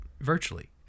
virtually